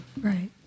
Right